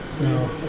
No